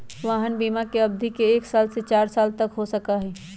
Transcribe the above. वाहन बिमा के अवधि एक साल से चार साल तक के हो सका हई